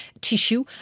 tissue